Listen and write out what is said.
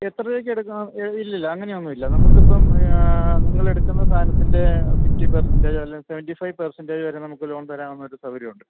എത്ര രൂപക്ക് എടുക്കും ഏയ് ഇല്ലില്ല അങ്ങനെയൊന്നുമില്ല നമുക്ക് ഇപ്പം നിങ്ങൾ എടുക്കുന്ന സാധനത്തിൻ്റെ ഫിഫ്റ്റി പെർസറ്റേജോ അല്ലെ സെവെൻറ്റി ഫൈവ് പെർസറ്റേജോ വരെ നമുക്ക് ലോൺ തരാൻ മറ്റ് സൗകര്യമുണ്ട്